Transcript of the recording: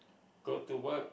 go to work